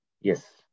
yes